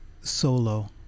solo